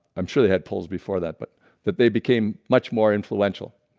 i'm sure they had polls before that, but that they became much more influential